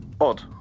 Odd